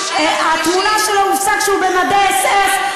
התמונה שלו הופצה כשהוא במדי אס-אס,